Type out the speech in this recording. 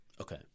Okay